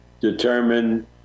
determine